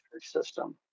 system